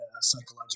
psychological